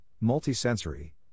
multi-sensory